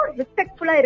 respectful